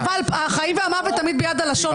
אבל החיים והמוות תמיד ביד הלשון.